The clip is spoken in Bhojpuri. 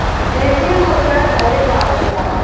देसी मुरगा घरे पालल जाला